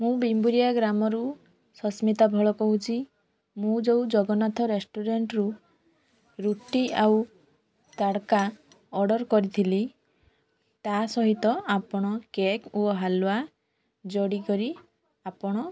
ମୁଁ ବିମ୍ବଉରିଆ ଗ୍ରାମରୁ ସସ୍ମିତା ଭୋଳ କହୁଛି ମୁଁ ଯେଉଁ ଜଗନ୍ନାଥ ରେଷ୍ଟୁରାଣ୍ଟ ରୁ ରୁଟି ଆଉ ତଡ଼କା ଅର୍ଡ଼ର କରିଥିଲି ତା ସହିତ ଆପଣ କେକ୍ ଓ ହାଲୱା ଯୋଡ଼ିକରି ଆପଣ